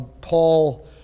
Paul